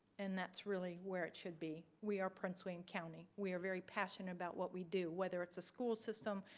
and that's really where it should be. we are prince william and county. we are very passionate about what we do, whether it's a school system,